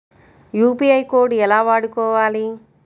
UPI code ఎలా వాడుకోవాలి?